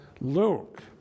Luke